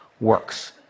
works